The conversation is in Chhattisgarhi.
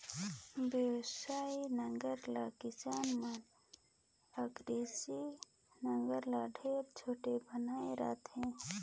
बियासी नांगर ल किसान मन अकरासी नागर ले ढेरे छोटे बनाए रहथे